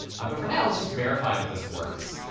but for new, let's just verify that this works.